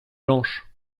blanche